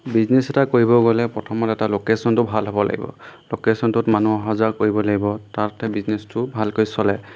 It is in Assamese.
বিজনেছ এটা কৰিব গ'লে প্ৰথমতে তাত ল'কেশ্যনটো ভাল হ'ব লাগিব ল'কেশ্যনটোত মানুহ অহা যোৱা কৰিব লাগিব তাতে বিজনেছটো ভালকৈ চলে